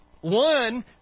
One